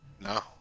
No